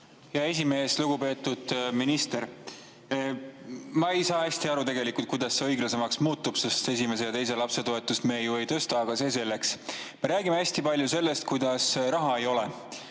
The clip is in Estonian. Hea esimees! Lugupeetud minister! Ma ei saa hästi aru tegelikult, kuidas see õiglasemaks muutub, sest esimese ja teise lapse toetust me ju ei tõsta. Aga see selleks.Me räägime hästi palju sellest, et raha ei ole.